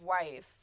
wife